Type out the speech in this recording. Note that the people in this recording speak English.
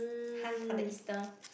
hunts for the easter